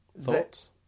thoughts